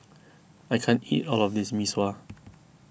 I can't eat all of this Mee Sua